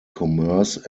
commerce